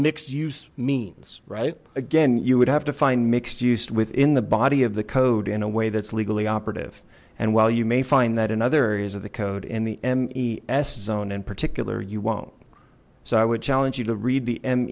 mixed use means right again you would have to find mixed used within the body of the code in a way that's legally operative and while you may find that in other areas of the code in the mes zone in particular you won't so i would challenge you to read the m